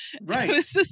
Right